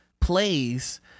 plays